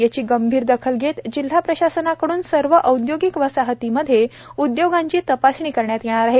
याची गंभीर दखल घेत जिल्हा प्रशासनाकडून सर्व औद्योगिक वसाहतीमधील उदयोगांची तपासणी करण्यात येणार आहे